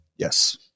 Yes